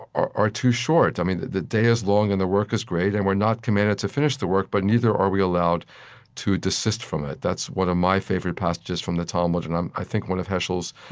are are too short. i mean the day is long, and the work is great, and we're not commanded to finish the work, but neither are we allowed to desist from it. that's one of my favorite passages from the talmud and, um i think, one of heschel's.